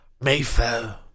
Mayfair